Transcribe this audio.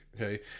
Okay